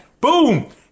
Boom